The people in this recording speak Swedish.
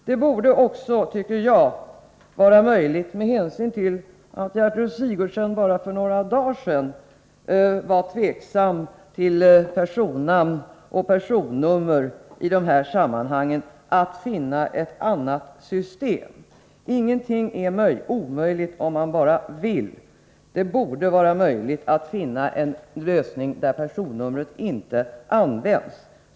Jag tycker också att det borde vara möjligt, med hänsyn till att Gertrud Sigurdsen bara för några dagar sedan var tveksam till personnamn och personnummer i de här sammanhangen, att finna ett annat system. Ingenting är omöjligt om man bara vill. Det borde vara möjligt att finna en lösning där personnumret inte används.